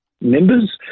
members